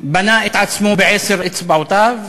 בנה את עצמו בעשר אצבעותיו,